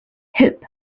hip